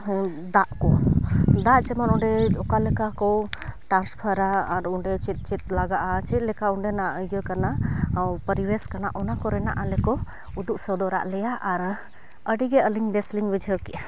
ᱫᱟᱜᱠᱚ ᱫᱟᱜ ᱡᱮᱢᱚᱱ ᱚᱸᱰᱮ ᱚᱠᱟᱞᱮᱠᱟ ᱠᱚ ᱴᱨᱟᱱᱥᱯᱷᱟᱨᱟ ᱟᱨ ᱚᱸᱰᱮ ᱪᱮᱫ ᱪᱮᱫ ᱞᱟᱜᱟᱜᱼᱟ ᱪᱮᱫᱞᱮᱠᱟ ᱚᱸᱰᱮᱱᱟᱜ ᱤᱭᱟᱹ ᱠᱟᱱᱟ ᱯᱟᱨᱤᱵᱮᱥ ᱠᱟᱱᱟ ᱚᱱᱟᱠᱚ ᱨᱮᱱᱟᱜ ᱟᱞᱮᱠᱚ ᱩᱫᱩᱜ ᱥᱚᱫᱚᱨᱟᱜ ᱞᱮᱭᱟ ᱟᱨ ᱟᱹᱰᱤᱜᱮ ᱟᱹᱞᱤᱧ ᱵᱮᱥᱞᱤᱧ ᱵᱩᱡᱷᱟᱹᱣᱠᱮᱫᱼᱟ